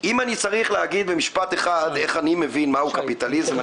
אם אני צריך להגיד במשפט אחד איך אני מבין מה הוא קפיטליזם,